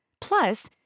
Plus